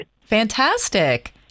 Fantastic